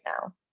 now